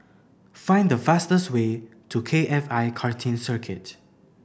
find the fastest way to K F I Karting Circuit